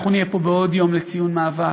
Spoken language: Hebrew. אנחנו נהיה פה בעוד יום לציון מאבק,